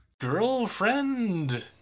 girlfriend